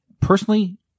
personally